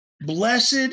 blessed